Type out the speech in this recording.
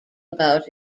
about